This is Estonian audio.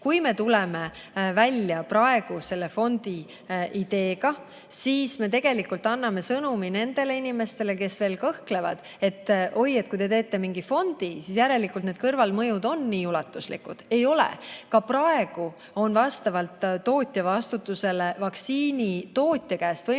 Kui me tuleme praegu välja selle fondi ideega, siis me tegelikult anname teatud sõnumi nendele inimestele, kes veel kõhklevad. Oi, kui te teete mingi fondi, siis järelikult need kõrvalmõjud on nii ulatuslikud. Ei ole! Ka praegu on vastavalt tootja vastutusele võimalik vaktsiinitootja käest neid